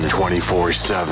24-7